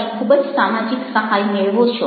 તમે ખૂબ જ સામાજિક સહાય મેળવો છો